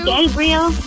Gabriel